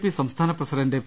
P സംസ്ഥാന president P